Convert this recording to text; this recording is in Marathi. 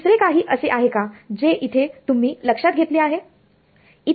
दुसरे काही असे आहे का जे इथे तुम्ही लक्षात घेतली आहे